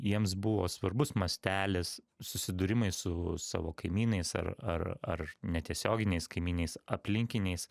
jiems buvo svarbus mastelis susidūrimai su savo kaimynais ar ar ar netiesioginiais kaimynais aplinkiniais